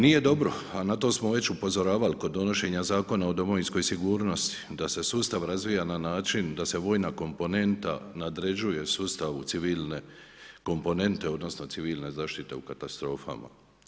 Nije dobro, a na to smo već upozoravali kod donošenja Zakona o domovinskoj sigurnosti da se sustav razvija na način da se vojna komponenta nadređuje sustavu civilne komponente, odnosno civilne zaštite u katastrofama.